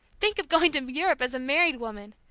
think of going to europe as a married woman!